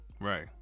right